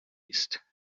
east